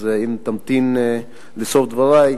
אז אם תמתין לסוף דברי,